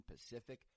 Pacific